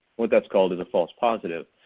what that's called is a false positive.